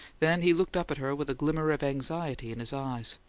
then he looked up at her with a glimmer of anxiety in his eyes.